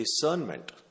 discernment